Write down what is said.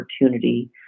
opportunity